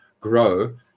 grow